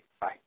Bye